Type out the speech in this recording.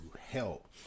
help